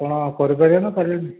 ଆପଣ କରିପାରିବେ ନା କରିବେନି